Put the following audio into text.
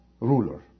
ruler